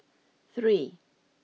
three